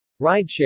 Rideshare